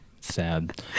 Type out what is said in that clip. sad